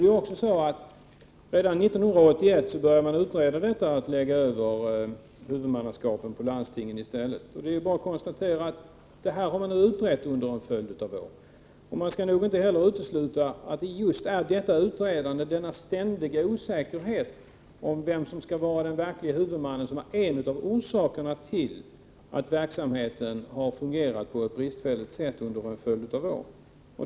Redan 1981 började man utreda frågan att lägga över huvudmannaskapet på landstingen i stället. Det är bara att konstatera att detta nu har utretts under en följd av år. Man skall nog inte utesluta att just detta utredande, denna ständiga osäkerhet om vem som skall vara den verklige huvudmannen, kan vara en av orsakerna till att verksamheten har fungerat på ett bristfälligt sätt under en följd av år.